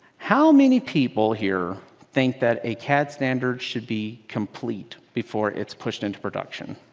how many people here think that a cad standard should be complete before it's pushed into production?